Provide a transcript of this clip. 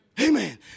Amen